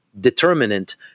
determinant